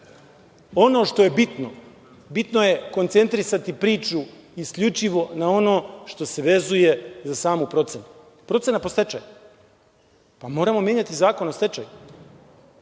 ono što je bitno, bitno je koncentrisati priču isključivo na ono što se vezuje za samu procenu. Procena pod stečajem. Moramo menjati Zakon o stečaju.